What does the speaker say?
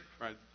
right